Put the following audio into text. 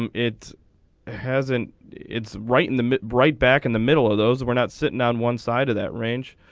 um it hasn't it's right in the middle right back in the middle of those were not sitting on one side of that range.